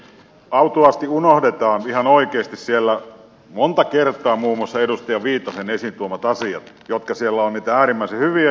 autuaasti unohdetaan ihan oikeasti siellä monta kertaa muun muassa edustaja viitasen esiin tuomat asiat jotka siellä ovat niitä äärimmäisen hyviä juttuja